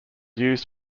used